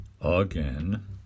again